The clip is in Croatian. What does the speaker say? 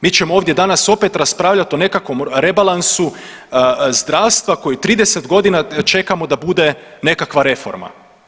Mi ćemo ovdje danas opet raspravljati o nekakvom rebalansu zdravstva koji 30 godina čekamo da bude nekakva reforma.